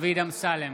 ביטון,